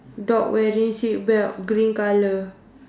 dog wearing seat belt green colour